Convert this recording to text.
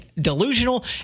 delusional